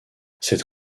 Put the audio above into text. cette